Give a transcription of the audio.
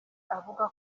avuga